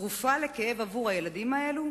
תרופה לכאב עבור הילדים האלה?